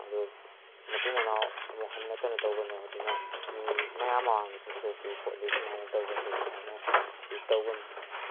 ꯑꯗꯨ ꯃꯇꯨ ꯃꯅꯥꯎ ꯑꯃꯨꯛ ꯍꯟꯅ ꯀꯩꯅꯣ ꯇꯧꯒꯅꯨ ꯑꯗꯨꯅ ꯃꯤ ꯃꯌꯥꯝ ꯃꯃꯥꯡꯗꯁꯨ ꯆꯣꯞꯄꯤ ꯈꯣꯠꯂꯤ ꯁꯨꯃꯥꯏꯅ ꯇꯧꯕꯁꯦ ꯑꯗꯨꯅ ꯁꯤ ꯇꯧꯒꯅꯨ